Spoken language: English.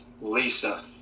Lisa